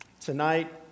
tonight